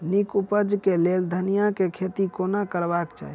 नीक उपज केँ लेल धनिया केँ खेती कोना करबाक चाहि?